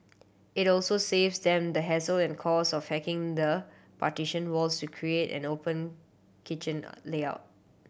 it also saves them the hassle and cost of hacking the partition walls to create an open kitchen layout